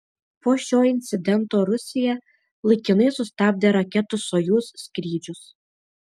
po šio incidento rusija laikinai sustabdė raketų sojuz skrydžius